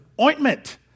ointment